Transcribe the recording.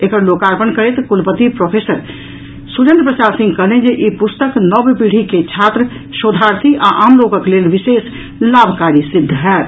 एकर लोकार्पण करैत कुलपति प्रोफेसर सुरेंद्र प्रताप सिंह कहलनि जे ई पुस्तक नव पीढ़ी के छात्र शोधार्थी आ आम लोकक लेल विशेष लाभकारी सिद्ध होयत